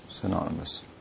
synonymous